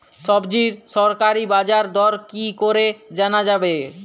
সবজির সরকারি বাজার দর কি করে জানা যাবে?